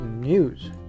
news